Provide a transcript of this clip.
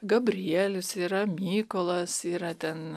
gabrielius yra mykolas yra ten